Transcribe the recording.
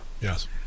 Yes